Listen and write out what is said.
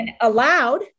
allowed